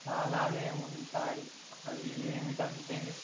చాలానే ఉంటాయి అవి ఏమిటంటే